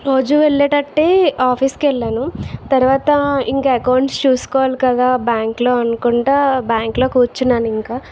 రోజు వెళ్ళేటట్టే ఆఫీస్ కి వెళ్ళాను తర్వాత ఇంకా అకౌంట్స్ చూసుకోవాలి కదా బ్యాంకు లో అనుకుంటా బ్యాంకు లో కూర్చున్నాను ఇంకా